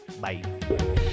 Bye